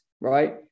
Right